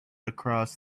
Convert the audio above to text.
across